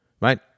Right